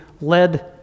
led